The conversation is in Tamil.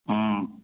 ம்